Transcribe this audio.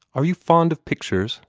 are you fond of pictures,